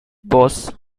boss